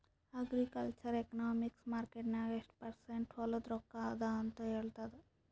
agricultural economics market ನಾಗ್ ಎಷ್ಟ percent ಹೊಲಾದು ರೊಕ್ಕಾ ಅದ ಅಂತ ಹೇಳ್ತದ್